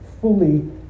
fully